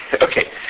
Okay